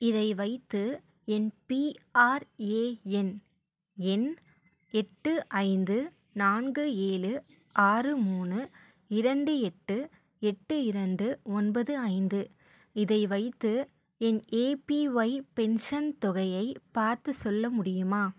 இதை வைத்து என் பிஆர்எஎன் எண் எட்டு ஐந்து நான்கு ஏழு ஆறு மூணு இரண்டு எட்டு எட்டு இரண்டு ஒன்பது ஐந்து இதை வைத்து என் எபிஓய் பென்ஷன் தொகையை பார்த்துச் சொல்ல முடியுமா